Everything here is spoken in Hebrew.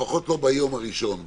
לפחות לא ביום הראשון,